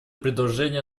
предложение